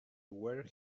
were